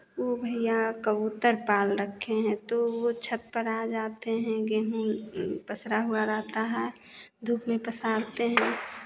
वो भैया कबूतर पाल रखे हैं तो वो छत पर आ जाते हैं गेहूँ पसरा हुआ रहता है धूप में पसारते हैं